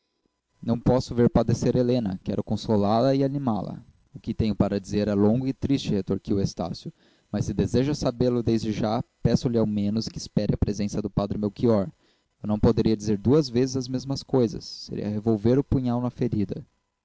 não posso ver padecer helena quero consolá-la e animá-la o que tenho para dizer é longo e triste retorquiu estácio mas se deseja sabê-lo desde já peço-lhe ao menos que espere a presença do padre melchior eu não poderia dizer duas vezes as mesmas coisas seria revolver o punhal na ferida